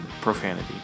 profanity